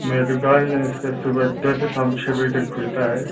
मेरी दुकान ऐसे सुबह दस से शाम छः बजे तक खुलता है